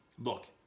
look